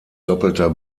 doppelter